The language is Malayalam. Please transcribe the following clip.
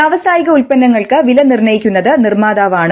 വ്യാവസായിക ഉൽപ്പന്നങ്ങൾക്ക് നിർണയിക്കുന്നത് നിർമാതാവാണ്